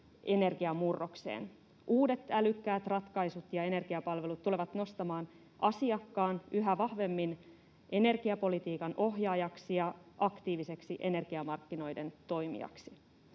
energiamurrokseen. Uudet älykkäät ratkaisut ja energiapalvelut tulevat nostamaan asiakkaan yhä vahvemmin energiapolitiikan ohjaajaksi ja aktiiviseksi energiamarkkinoiden toimijaksi.